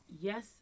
yes